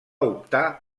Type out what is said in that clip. optar